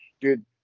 Dude